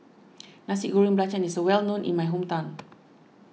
Nasi Goreng Belacan is well known in my hometown